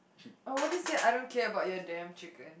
I want to say I don't care about your damn chicken